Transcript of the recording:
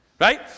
right